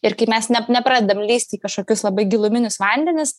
ir kai mes ne nepradeda lįsti į kažkokius labai giluminius vandenis